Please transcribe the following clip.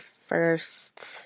first